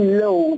low